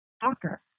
doctor